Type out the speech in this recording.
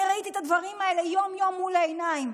אני ראיתי את הדברים האלה יום-יום מול העיניים.